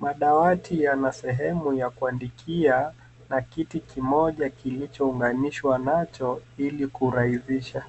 Madawati yana sehemu ya kuandikia na kiti kimoja cha kuunganishwa nacho ili kurahisisha.